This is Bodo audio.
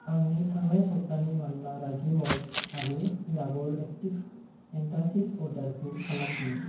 आंनि थांनाय सब्थानि मान्ना रागि म'ल्ट आरो दाबर एक्टिभ एन्टासिद अर्डारखौ खालामफिन